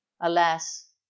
Alas